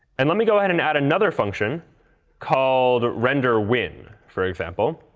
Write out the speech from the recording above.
and let me go ahead and add another function called renderwin, for example,